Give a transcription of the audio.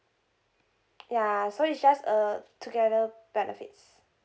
ya so it's just uh together benefits